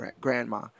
grandma